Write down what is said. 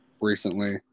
recently